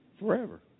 Forever